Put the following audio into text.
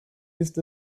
ist